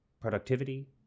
productivity